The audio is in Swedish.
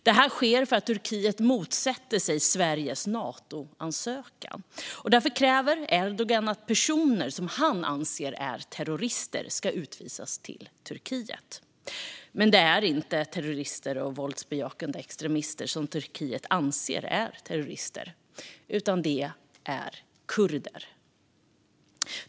Det här sker för att Turkiet motsätter sig Sveriges Natoansökan. Erdogan kräver att personer som han anser är terrorister ska utvisas till Turkiet, men det är inte terrorister och våldsbejakande extremister som Turkiet anser är terrorister. Det är kurder.